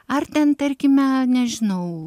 ar ten tarkime nežinau